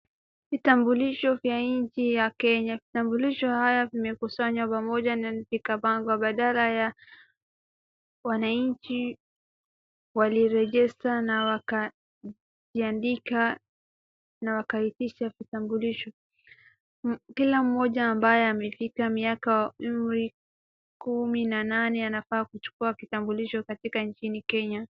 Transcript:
Vitambulisho vya nchi ya Kenya, vitambulisho haya zimekusanya pamoja na zikapangwa badala ya wananchi wali register na wakajiandika na wakaificha kitambulisho. Kila mmoja ambaye amefika miaka kumi na nane anafaa kuchukua kitambulisho katika nchini Kenya.